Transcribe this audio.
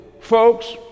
folks